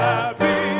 Happy